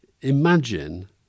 imagine